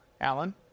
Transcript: Alan